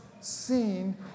seen